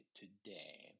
today